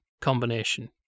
combination